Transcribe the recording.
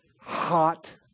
hot